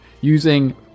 using